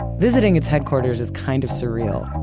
visiting its headquarters is kind of surreal.